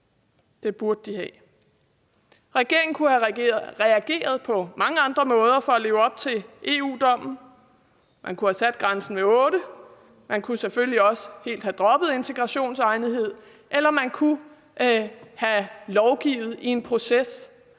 Regeringen kunne have reageret på mange andre måder for at leve op til EU-dommen. Man kunne have sat grænsen ved 8 år, man kunne selvfølgelig også helt have droppet integrationsegnethedsvurderingen, eller man kunne have lovgivet i en proces,